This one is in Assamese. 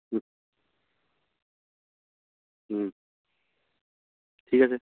ঠিক আছে